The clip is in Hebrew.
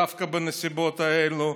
דווקא בנסיבות האלה,